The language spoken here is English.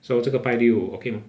so 这个拜六 okay mah